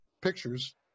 pictures